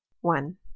One